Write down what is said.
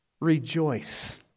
rejoice